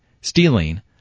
stealing